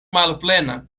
malplena